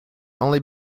only